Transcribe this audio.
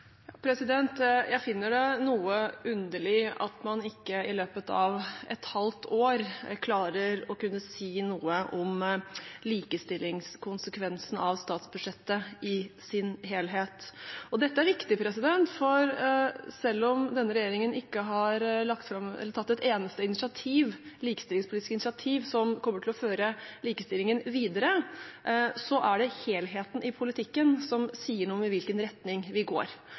Jeg finner det noe underlig at man ikke i løpet av et halvt år klarer å kunne si noe om likestillingskonsekvensen av statsbudsjettet i sin helhet. Dette er viktig, for selv om denne regjeringen ikke har tatt et eneste likestillingspolitisk initiativ som kommer til å føre likestillingen videre, er det helheten i politikken som sier noe om i hvilken retning vi går.